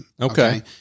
okay